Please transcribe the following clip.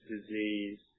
disease